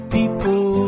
people